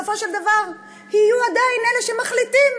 בסופו של דבר יהיו עדיין אלה שמחליטים